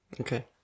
Okay